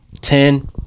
Ten